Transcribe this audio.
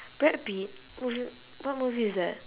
brad pitt what mo~ what movie is that